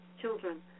children